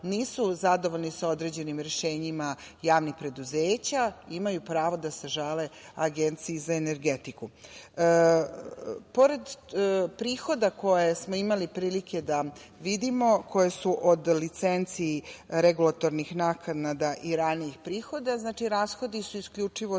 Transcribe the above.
nisu zadovoljni sa određenim rešenjima javnih preduzeća, imaju pravo da se žale Agenciji za energetiku. Pored prihoda koje smo imali prilike da vidimo, koje su od licenci regulatornih naknada i ranijih prihoda, znači rashodi su isključivo za taj